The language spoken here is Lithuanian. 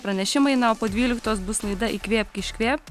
pranešimai na o po dvyliktos bus laida įkvėpk iškvėp